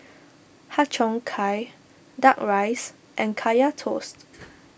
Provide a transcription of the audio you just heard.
Har Cheong Gai Duck Rice and Kaya Toast